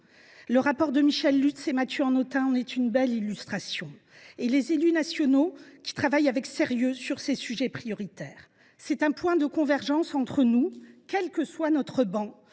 le rapport de Michèle Lutz et Mathieu Hanotin en est une belle illustration –, et avec les élus nationaux, qui travaillent avec sérieux sur ces sujets prioritaires. C’est un point de convergence entre nous, quelle que soit notre